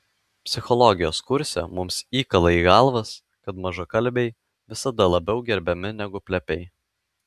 psichologijos kurse mums įkala į galvas kad mažakalbiai visada labiau gerbiami negu plepiai